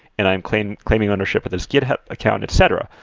and i am claiming claiming ownership of this github account, etc.